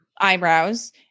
eyebrows